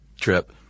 trip